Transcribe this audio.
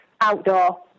outdoor